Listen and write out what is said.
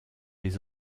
les